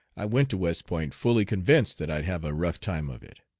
i went to west point fully convinced that i'd have a rough time of it.